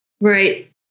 Right